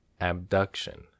abduction